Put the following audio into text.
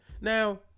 Now